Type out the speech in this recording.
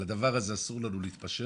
על הדבר הזה אסור לנו להתפשר.